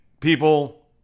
people